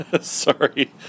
sorry